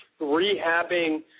rehabbing